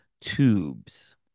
tubes